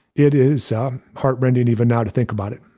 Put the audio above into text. it is heartbreaking even now to think about it.